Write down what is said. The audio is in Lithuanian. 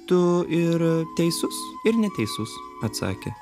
tu ir teisus ir neteisus atsakė